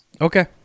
Okay